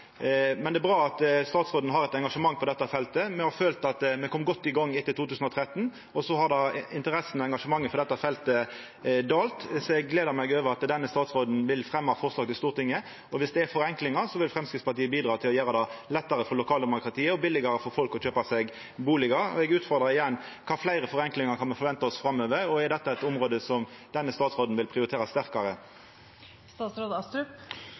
Men det er bra at statsråden har eit engasjement på dette feltet. Me har følt at me kom godt i gang etter 2013, og så har interessa og engasjementet for dette feltet dalt. Eg gler meg over at denne statsråden vil fremja forslag til Stortinget. Viss det er forenklingar, vil Framstegspartiet bidra til å gjera det lettare for lokaldemokratiet og billegare for folk å kjøpa seg bustad. Eg utfordrar igjen: Kva fleire forenklingar kan me venta oss framover, og er dette eit område som denne statsråden vil prioritera sterkare?